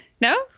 No